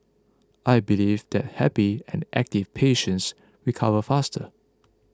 I believe that happy and active patients recover faster